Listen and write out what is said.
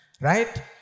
Right